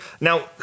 Now